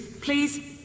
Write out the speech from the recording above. Please